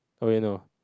how you know